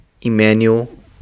Emmanuel